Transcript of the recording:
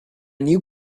new